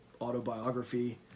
autobiography